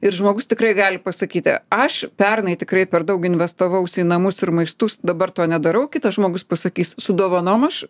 ir žmogus tikrai gali pasakyti aš pernai tikrai per daug investavaus į namus ir maistus dabar to nedarau kitas žmogus pasakys su dovanom aš